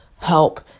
help